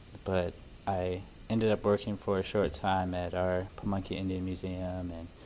but i ended up working for a short time at our pamunkey indian museum and